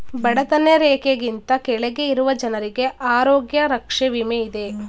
ಬಡತನ ರೇಖೆಗಿಂತ ಕೆಳಗೆ ಇರುವ ಜನರಿಗೆ ಆರೋಗ್ಯ ರಕ್ಷೆ ವಿಮೆ ಇದೆ